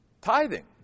Tithing